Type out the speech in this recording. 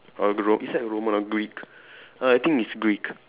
or gr~ is that a Roman or Greek err I think it's Greek